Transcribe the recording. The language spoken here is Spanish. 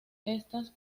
estas